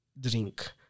drink